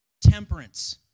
temperance